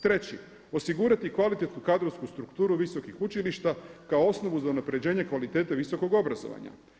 Treći, osigurati kvalitetnu kadrovsku strukturu visokih učilišta kao osnovu za unapređenje kvalitete visokog obrazovanja.